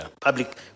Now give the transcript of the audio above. public